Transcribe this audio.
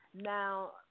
now